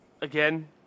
again